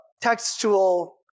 textual